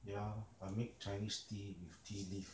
ya I make chinese tea with tea leaf